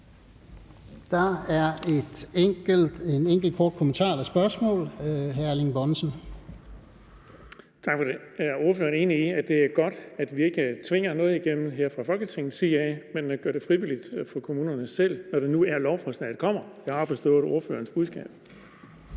Der er en enkelt kort bemærkning fra hr. Erling Bonnesen. Kl. 13:51 Erling Bonnesen (V): Tak for det. Er ordføreren enig i, at det er godt, at vi ikke tvinger noget igennem her fra Folketingets side, men gør det frivilligt for kommunerne, når det nu er, lovforslaget kommer. Jeg har forstået ordførerens budskab.